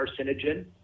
carcinogen